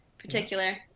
particular